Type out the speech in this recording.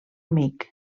amic